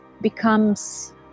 becomes